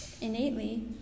innately